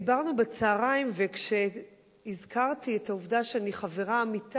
דיברנו בצהריים וכשהזכרתי את העובדה שאני חברה-עמיתה,